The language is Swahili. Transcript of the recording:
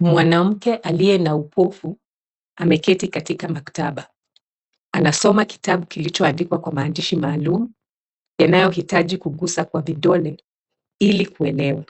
Mwanamke aliye na upofu ameketi katika maktaba. Anasoma kitabu kilichoandikwa kwa maandishi maalum yanayohitaji kugusa kwa vidole ili kuelewa